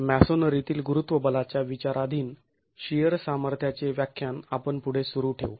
मॅसोनरीतील गुरुत्व बलाच्या विचाराधीन शिअर सामर्थ्याचे व्याख्यान आपण पुढे सुरु ठेवू